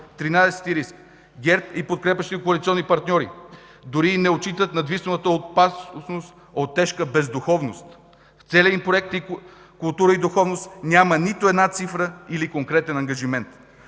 риск: ГЕРБ и подкрепящите го коалиционни партньори дори не отчитат надвисналата опасност от тежката бездуховност. В целия им Проект „Култура и духовност” няма нито една цифра или конкретен ангажимент.